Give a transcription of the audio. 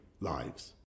lives